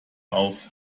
auf